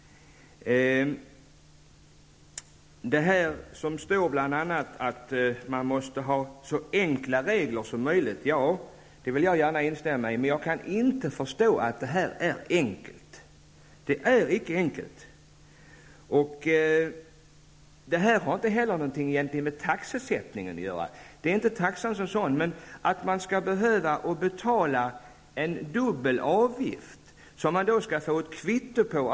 Det står bl.a. i svaret att man måste ha så enkla regler som möjligt. Det vill jag gärna instämma i, men jag kan inte förstå att detta är enkelt. Det är icke enkelt. Det har egentligen inte något med taxesättningen att göra. Det gäller inte taxan som sådan, utan det att man skall behöva betala dubbel avgift som man skall få ett kvitto på.